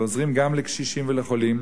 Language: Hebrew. ועוזרים גם לקשישים ולחולים,